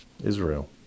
Israel